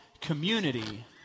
community